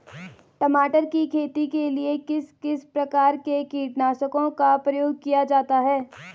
टमाटर की खेती के लिए किस किस प्रकार के कीटनाशकों का प्रयोग किया जाता है?